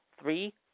Three